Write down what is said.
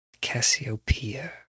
Cassiopeia